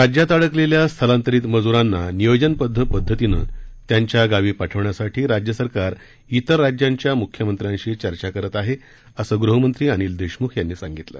राज्यात अडकलेल्या स्थलांतरित मजूरांना नियोजनबद्ध पद्धतीनं त्यांच्या गावी पाठवण्यासाठी राज्य सरकार इतर राज्यांच्या मुख्यमंत्र्यांशी चर्चा करत आहे असं गृहमंत्री अनिल देशमुख यांनी सांगितलं